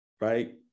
right